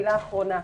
מילה אחרונה,